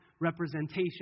representation